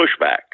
pushback